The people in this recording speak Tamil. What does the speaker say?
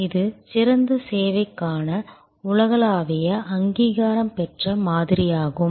இது சிறந்த சேவைக்கான உலகளாவிய அங்கீகாரம் பெற்ற மாதிரியாகும்